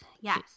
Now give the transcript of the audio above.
Yes